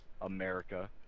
America